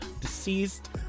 Deceased